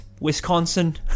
wisconsin